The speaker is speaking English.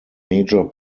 major